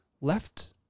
left